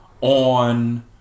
on